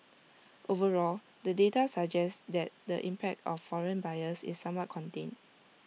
overall the data suggests that the impact of foreign buyers is somewhat contained